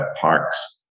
parks